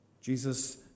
Jesus